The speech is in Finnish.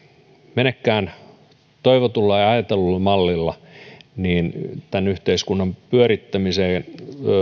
menekään toivotulla ja ajatellulla mallilla niin tämän yhteiskunnan pyörittämiseen